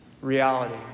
Reality